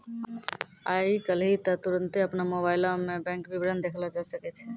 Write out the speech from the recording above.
आइ काल्हि त तुरन्ते अपनो मोबाइलो मे बैंक विबरण देखलो जाय सकै छै